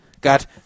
got